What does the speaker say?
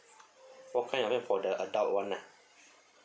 four kind of plan for the adult [one] lah